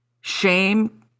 shame